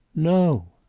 no!